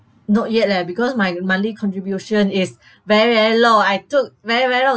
not yet leh because my monthly contribution is very very low I took very very low